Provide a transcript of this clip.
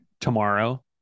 tomorrow